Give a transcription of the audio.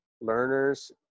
learners